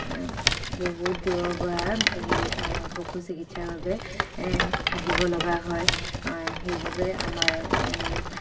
বহুত দূৰৰ পৰা সেই পশু চিকিৎসাৰ বাবে আহিব লগা হয় সেইবাবে আমাৰ